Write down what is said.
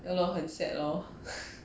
ya lor 很 sad lor